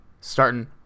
starting